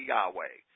Yahweh